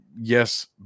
yes